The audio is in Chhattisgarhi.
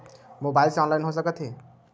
मोबाइल से ऑनलाइन हो सकत हे?